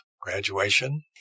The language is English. graduation